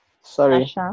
Sorry